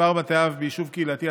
(מספר בתי אב ביישוב קהילתי),